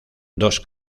dos